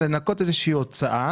לנקות איזו שהיא הוצאה